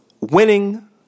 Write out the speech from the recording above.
winning